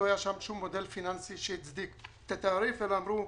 לא היה שם שום מודל פיננסי שהצדיק את התעריף אלא אמרו: